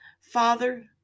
Father